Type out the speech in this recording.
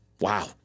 wow